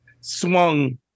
swung